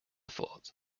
thought